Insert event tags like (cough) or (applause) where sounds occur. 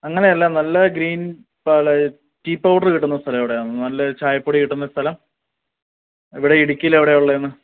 അങ്ങനെയല്ല നല്ല green (unintelligible) tea powder കിട്ടുന്ന സ്ഥലം എവിടെയാണ് നല്ല ചായപ്പൊടി കിട്ടുന്ന സ്ഥലം ഇവിടെ ഇടുക്കിയിൽ എവിടെയാണ് ഉള്ളതെന്ന്